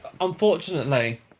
unfortunately